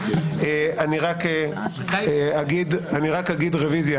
אגיד רביזיה